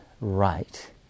right